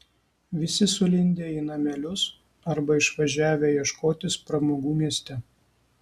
visi sulindę į namelius arba išvažiavę ieškotis pramogų mieste